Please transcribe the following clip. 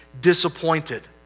disappointed